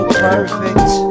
perfect